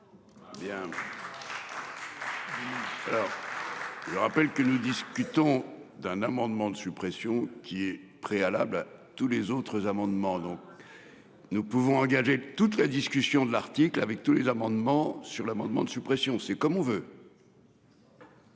Je rappelle que le disque. D'un amendement de suppression qui est préalables. Tous les autres amendements dont. Nous pouvons engager toute la discussion de l'article avec tous les amendements sur l'amendement de suppression c'est comme on veut.